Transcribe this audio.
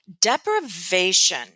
Deprivation